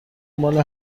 مال